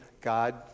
God